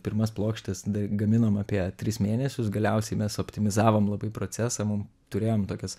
pirmas plokštes gaminom apie tris mėnesius galiausiai mes optimizavom labai procesą mum turėjom tokias